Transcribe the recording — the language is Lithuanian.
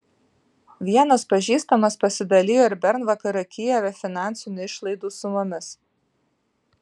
vienas pažįstamas pasidalijo ir bernvakario kijeve finansinių išlaidų sumomis